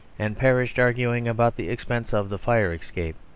and perished arguing about the expense of the fire-escape.